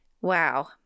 Wow